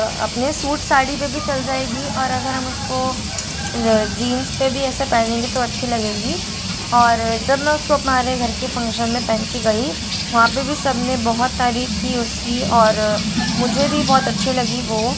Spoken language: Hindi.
अपने सूट साड़ी पे भी चल जाएगी और अगर हम उसको जींस पे भी ऐसे पहनेंगे तो अच्छी लगेगी और जब मैं उसको हमारे घर के फंक्शन में पहन की गई वहाँ पे भी सब ने बहुत तारीफ की उसकी और मुझे भी बहुत अच्छी लगी वो